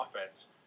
offense